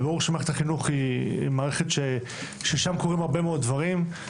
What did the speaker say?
וברור שמערכת החינוך היא מערכת ששם קורים הרבה מאוד דברים,